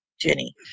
Jenny